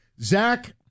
Zach